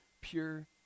pure